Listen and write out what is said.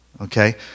Okay